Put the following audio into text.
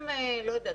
לא יודעת,